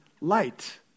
light